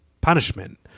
punishment